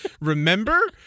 remember